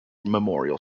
memorial